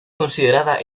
considerada